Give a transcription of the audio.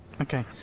Okay